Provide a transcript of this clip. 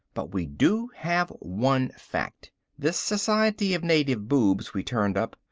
but we do have one fact this society of native boobs we turned up.